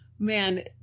Man